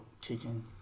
kicking